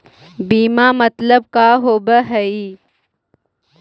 बीमा मतलब का होव हइ?